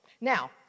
Now